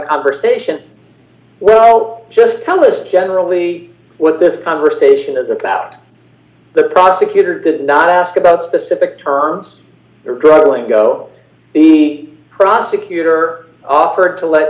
conversation well just tell us generally what this conversation is about the prosecutor did not ask about specific terms or drug lingo the prosecutor offered to let